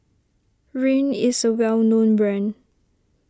Rene is a well known brand